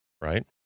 right